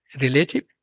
relative